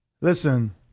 Listen